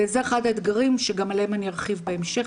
וזה אחד האתגרים שגם עליהם אני ארחיב בהמשך.